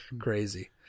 Crazy